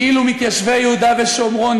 כאילו מתיישבי יהודה ושומרון,